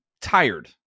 tired